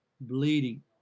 bleeding